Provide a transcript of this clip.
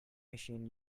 machine